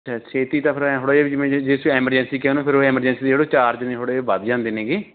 ਛੇਤੀ ਤਾਂ ਫਿਰ ਐਂ ਥੋੜ੍ਹਾ ਜਿਹਾ ਵੀ ਜਿਵੇਂ ਜੇ ਜੇ ਤੁਸੀਂ ਐਮਰਜੈਂਸੀ ਕਹਿੰਦੇ ਫੇਰ ਉਹ ਐਮਰਜੈਂਸੀ ਦੇ ਜਿਹੜੇ ਉਹ ਚਾਰਜ ਨੇ ਉਹ ਥੋੜ੍ਹੇ ਜਿਹੇ ਵੱਧ ਜਾਂਦੇ ਨੇ ਗੇ